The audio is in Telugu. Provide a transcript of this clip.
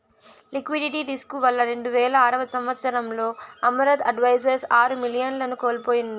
లిక్విడిటీ రిస్కు వల్ల రెండువేల ఆరవ సంవచ్చరంలో అమరత్ అడ్వైజర్స్ ఆరు మిలియన్లను కోల్పోయింది